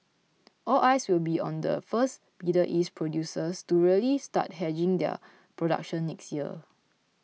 all eyes will be on the first Middle East producers to really start hedging their production next year